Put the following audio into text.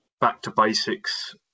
back-to-basics